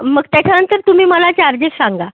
मग त्याच्यानंतर तुम्ही मला चार्जेस सांगा